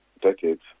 decades